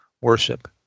worship